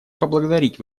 поблагодарить